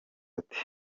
ati